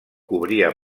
cobria